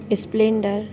splendor